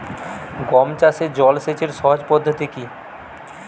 গম চাষে জল সেচের সহজ পদ্ধতি কি?